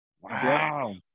Wow